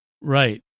Right